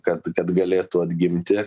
kad kad galėtų atgimti